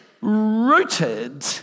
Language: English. rooted